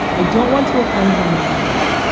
i don't want to offend my mother in law.